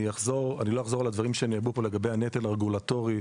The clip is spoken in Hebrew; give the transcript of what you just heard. אני לא אחזור על הדברים שנאמרו פה לגבי הנטל הרגולטורי,